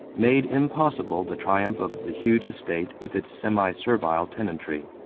made impossible the triumph of the huge estate with its semi-servile tenantry.